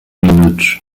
minutos